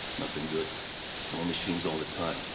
nothing good. more machines all the time.